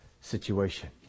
situation